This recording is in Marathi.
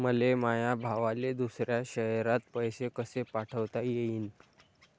मले माया भावाले दुसऱ्या शयरात पैसे कसे पाठवता येईन?